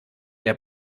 der